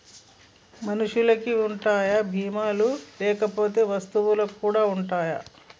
మనుషులకి ఉంటాయా బీమా లు లేకపోతే వస్తువులకు కూడా ఉంటయా?